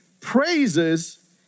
praises